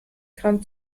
gramm